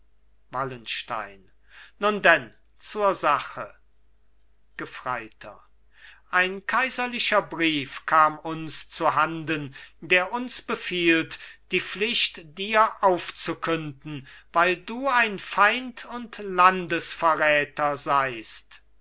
wallenstein nun denn zur sache gefreiter ein kaiserlicher brief kam uns zu handen der uns befiehlt die pflicht dir aufzukünden weil du ein feind und landsverräter seist